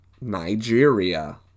Nigeria